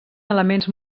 elements